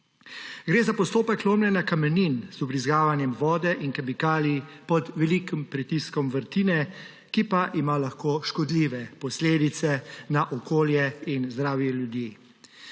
Gre za postopek lomljenja kamenin z vbrizgavanjem vode in kemikalij pod velikim pritiskom v vrtine, ki pa ima lahko škodljive posledice na okolje in zdravje ljudi.